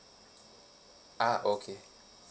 uh okay